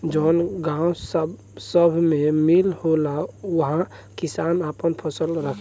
जवन गावं सभ मे मील होला उहा किसान आपन फसल राखेला